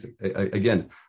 again